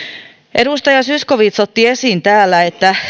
edustaja zyskowicz otti esiin täällä että